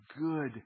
good